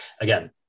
again